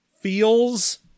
feels